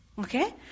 Okay